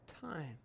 time